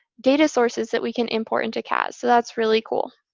data sources that we can import into cas. so that's really cool.